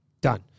Done